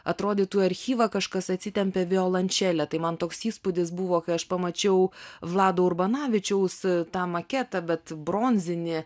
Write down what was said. atrodytų į archyvą kažkas atsitempė violončelę tai man toks įspūdis buvo kai aš pamačiau vlado urbanavičiaus tą maketą bet bronzinį